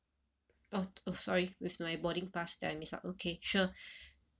oh oh sorry with my boarding pass that I miss out okay sure